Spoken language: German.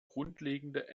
grundlegende